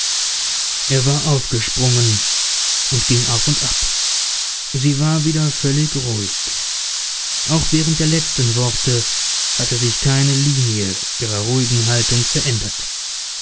er war aufgesprungen und ging auf und ab sie war wieder völlig ruhig auch während der letzten worte hatte sich keine linie ihrer ruhigen haltung verändert